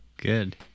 Good